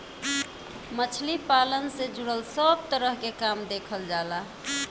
मछली पालन से जुड़ल सब तरह के काम देखल जाला